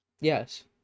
Yes